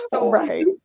Right